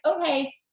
okay